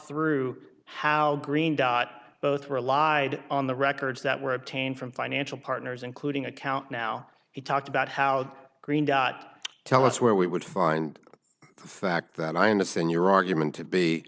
through how green dot both relied on the records that were obtained from financial partners including account now he talked about how the green dot tell us where we would find the fact that i understand your argument to be